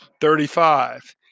Thirty-five